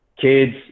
kids